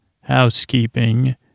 housekeeping